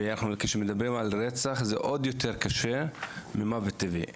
וכשמדובר על רצח זה עוד יותר קשה ממוות טבעי.